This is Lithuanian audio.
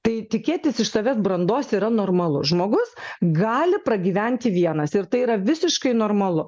tai tikėtis iš savęs brandos yra normalu žmogus gali pragyventi vienas ir tai yra visiškai normalu